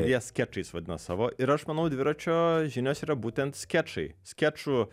jie skečais vadina savo ir aš manau dviračio žinios yra būtent skečai skečų